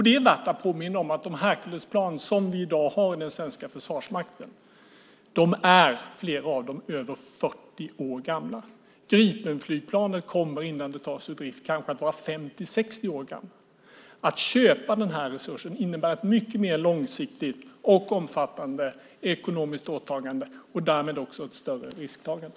Det är värt att påminna om att flera av de Herculesplan som vi i dag har i den svenska försvarsmakten är över 40 år gamla. Gripenflygplanen kommer innan de tas ur drift att vara kanske 50-60 år gamla. Att köpa den här resursen innebär ett mycket mer långsiktigt och omfattande ekonomiskt åtagande och därmed också ett större risktagande.